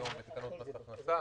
שנפגעו הכנסותיו?